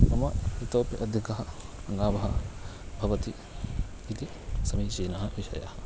मम इतोपि अधिकः लाभः भवति इति समीचीनः विषयः